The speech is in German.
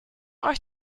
euch